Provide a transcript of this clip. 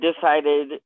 decided